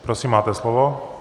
Prosím, máte slovo.